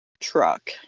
Truck